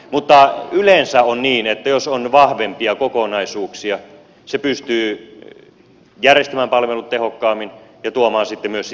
mutta yleensä on niin että jos on vahvempia kokonaisuuksia se pystyy järjestämään palvelut tehokkaammin ja tuomaan sitten myös sitä aluepoliittista voimaa